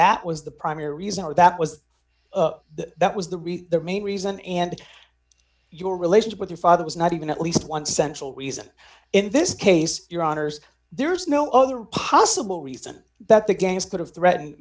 that was the primary reason why that was the that was the main reason and your relationship with your father was not even at least one central reason in this case your honour's there's no other possible reason that the games could have threatened